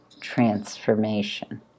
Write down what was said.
transformation